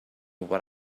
what